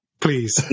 please